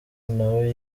nawe